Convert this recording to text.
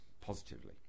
positively